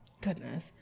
Goodness